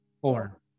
Four